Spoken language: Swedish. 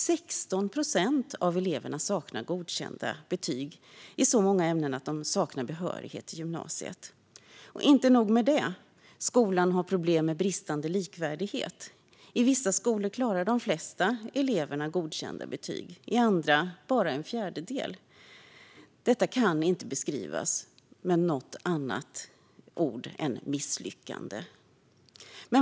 16 procent av eleverna saknar godkända betyg i så många ämnen att de saknar behörighet till gymnasiet. Inte nog med det. Skolan har problem med bristande likvärdighet. I vissa skolor klarar de flesta eleverna godkända betyg, i andra bara en fjärdedel. Detta kan inte beskrivas med något annat ord än misslyckande.